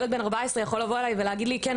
ילד בן 14 שיכול לבוא אליי ולהגיד לי: ״כן,